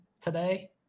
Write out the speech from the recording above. today